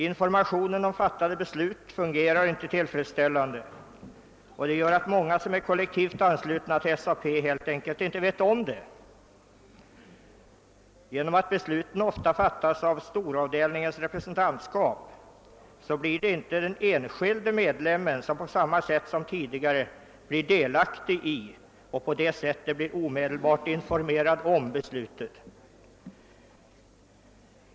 Informationen om fattade beslut fungerar inte heller tillfredsställande, och det medför att många som är kollektivt anslutna till SAP helt enkelt inte vet om detta. Genom att besluten ofta fattas av storavdelningens representantskap blir den enskilde medlemmen inte på samma sätt som tidigare delaktig i och omedelbart informerad om beslutet.